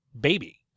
baby